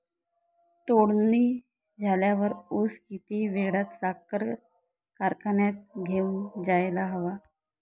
तोडणी झाल्यावर ऊस किती वेळात साखर कारखान्यात घेऊन जायला हवा?